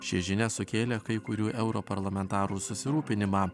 ši žinia sukėlė kai kurių europarlamentarų susirūpinimą